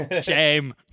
Shame